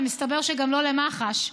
ומסתבר שגם לא למח"ש.